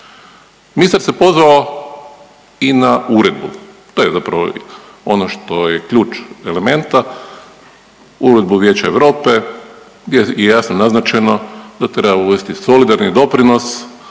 Ministar se pozvao i na uredbu, to je zapravo ono što je ključ elementa, Uredbu Vijeća Europe gdje je jasno naznačeno da treba uvesti solidarni doprinos